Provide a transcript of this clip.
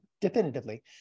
definitively